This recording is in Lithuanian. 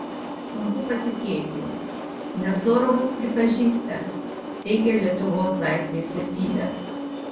sunku patikėti nevzorovas pripažįsta teigia lietuvos laisvės vertybę